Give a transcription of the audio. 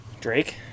Drake